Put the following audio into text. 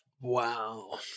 Wow